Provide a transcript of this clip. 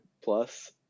plus